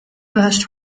blushed